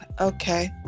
okay